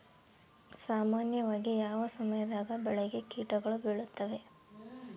ಸಾಮಾನ್ಯವಾಗಿ ಯಾವ ಸಮಯದಾಗ ಬೆಳೆಗೆ ಕೇಟಗಳು ಬೇಳುತ್ತವೆ?